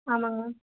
ஆமாங்க மேம்